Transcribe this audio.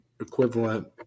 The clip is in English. equivalent